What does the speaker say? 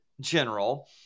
general